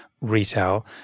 retail